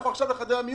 לכו עכשיו לחדרי המיון.